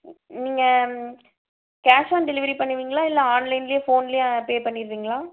நீங்கள் cash on delivery பண்ணுவீங்களா இல்லை ஆன்லைன்ல ஃபோன்ல பே பண்ணிருவீங்களா